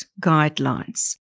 guidelines